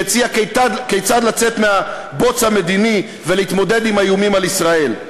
הציע כיצד לצאת מהבוץ המדיני ולהתמודד עם האיומים על ישראל.